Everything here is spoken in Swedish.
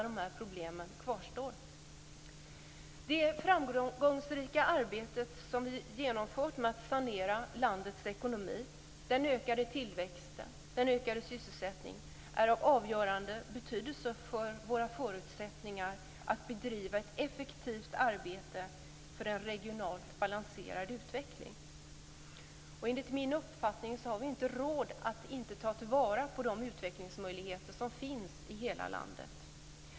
Det framgångsrika arbete som vi har genomfört med att sanera landets ekonomi, den ökade tillväxten och den ökade sysselsättningen är av avgörande betydelse för våra förutsättningar att bedriva ett effektivt arbete för en regionalt balanserad utveckling. Enligt min uppfattning har vi inte råd att inte ta till vara de utvecklingsmöjligheter som finns i hela landet.